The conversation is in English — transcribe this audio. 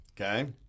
okay